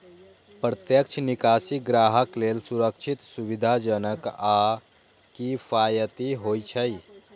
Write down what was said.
प्रत्यक्ष निकासी ग्राहक लेल सुरक्षित, सुविधाजनक आ किफायती होइ छै